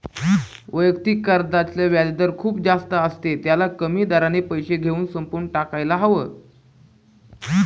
वैयक्तिक कर्जाचे व्याजदर खूप जास्त असते, त्याला कमी दराने पैसे घेऊन संपवून टाकायला हव